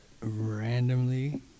Randomly